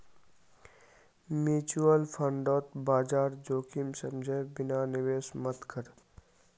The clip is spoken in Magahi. म्यूचुअल फंडत बाजार जोखिम समझे बिना निवेश मत कर